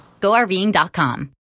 GoRVing.com